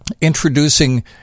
introducing